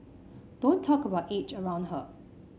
don't talk about age around her